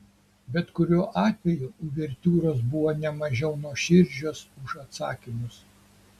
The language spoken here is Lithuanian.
bet kuriuo atveju uvertiūros buvo ne mažiau nuoširdžios už atsakymus